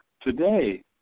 today